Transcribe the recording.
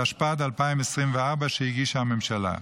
התשפ"ד 2024, שהגישה הממשלה.